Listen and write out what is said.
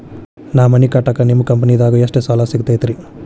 ನಾ ಮನಿ ಕಟ್ಟಾಕ ನಿಮ್ಮ ಕಂಪನಿದಾಗ ಎಷ್ಟ ಸಾಲ ಸಿಗತೈತ್ರಿ?